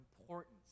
importance